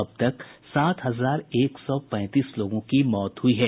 अब तक सात हजार एक सौ पैंतीस लोगों की मौत हुई है